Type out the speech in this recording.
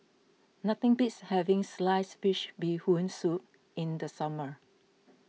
nothing beats having Sliced Fish Bee Hoon Soup in the summer